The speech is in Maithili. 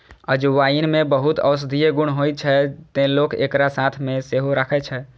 अजवाइन मे बहुत औषधीय गुण होइ छै, तें लोक एकरा साथ मे सेहो राखै छै